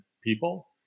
people